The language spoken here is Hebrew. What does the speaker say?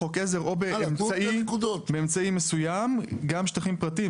בחוק עזר או באמצעי מסוים, גם שטחים פרטיים.